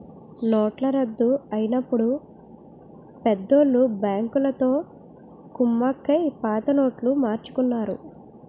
నోట్ల రద్దు అయినప్పుడు పెద్దోళ్ళు బ్యాంకులతో కుమ్మక్కై పాత నోట్లు మార్చుకున్నారు